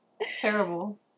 Terrible